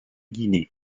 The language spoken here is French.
guinée